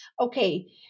okay